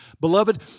Beloved